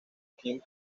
ken